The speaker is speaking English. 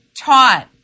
taught